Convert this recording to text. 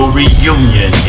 reunion